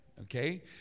okay